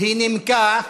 היא נימקה.